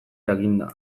jakinda